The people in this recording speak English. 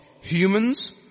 humans